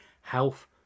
health